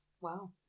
wow